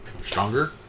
Stronger